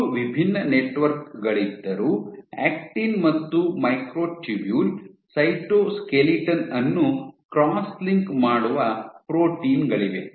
ಮೂರು ವಿಭಿನ್ನ ನೆಟ್ವರ್ಕ್ ಗಳಿದ್ದರೂ ಆಕ್ಟಿನ್ ಮತ್ತು ಮೈಕ್ರೊಟ್ಯೂಬ್ಯೂಲ್ ಸೈಟೋಸ್ಕೆಲಿಟನ್ ಅನ್ನು ಕ್ರಾಸ್ ಲಿಂಕ್ ಮಾಡುವ ಪ್ರೋಟೀನ್ ಗಳಿವೆ